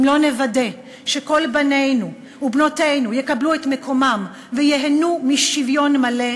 אם לא נוודא שכל בנינו ובנותינו יקבלו את מקומם וייהנו משוויון מלא,